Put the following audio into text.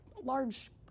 large